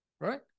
right